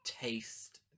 taste